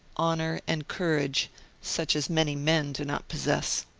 honour, and courage such as many men do not possess.